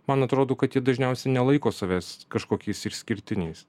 man atrodo kad jie dažniausiai nelaiko savęs kažkokiais išskirtiniais